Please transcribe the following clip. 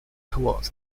toward